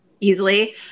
easily